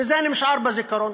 וזה נשאר בזיכרון.